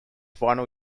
final